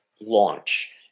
launch